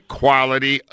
quality